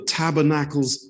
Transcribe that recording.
tabernacles